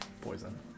poison